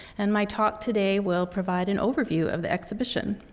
and my talk today will provide an overview of the exhibition.